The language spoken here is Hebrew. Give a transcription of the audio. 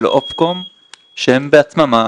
של אוף קום שהם בעצמם,